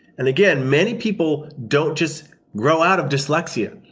and again, many people don't just grow out of dyslexia.